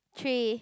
three